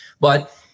But-